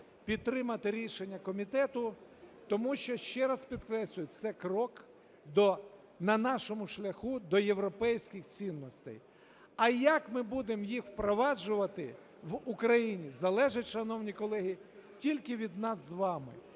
підтримати рішення комітету, тому що, ще раз підкреслюю, це крок на нашому шляху до європейських цінностей. А як ми будемо їх впроваджувати в Україні, залежить, шановні колеги, тільки від нас з вами.